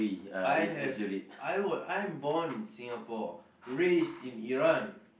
I have I am born in Singapore raised in Iran